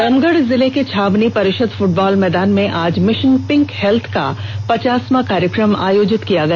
रामगढ़ जिले के छावनी परिषद फुटबॉल मैदान में आज मिशन पिंक हेल्थ का पचासवां कार्यक्रम आयोजित किया गया